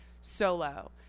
Solo